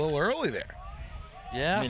little early there yeah